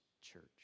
church